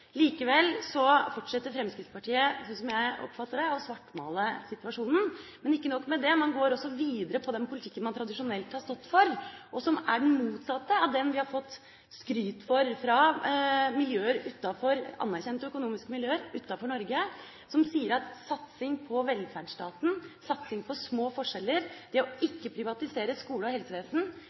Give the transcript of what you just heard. Likevel fortsetter Fremskrittspartiet, sånn som jeg oppfatter det, å svartmale situasjonen. Men ikke nok med det, man går også videre på den politikken man tradisjonelt har stått for, og som er den motsatte av den vi har fått skryt for fra anerkjente økonomiske miljøer utenfor Norge, som sier at satsing på velferdsstaten, satsing på små forskjeller, det å ikke privatisere skole og helsevesen